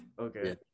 Okay